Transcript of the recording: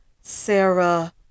Sarah